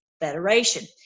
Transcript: Federation